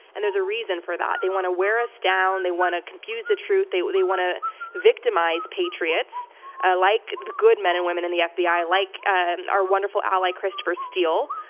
and there's a reason for that. they want to wear us down. they want to confuse the truth. they they want to victimize patriots ah like the good men and women in the fbi, like and our wonderful ally christopher steele,